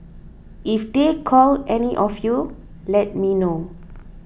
if they call any of you let me know